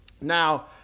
Now